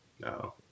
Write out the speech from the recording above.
No